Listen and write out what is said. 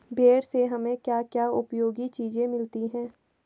भेड़ से हमें क्या क्या उपयोगी चीजें मिलती हैं?